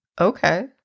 Okay